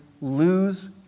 lose